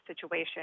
situation